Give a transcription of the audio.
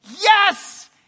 yes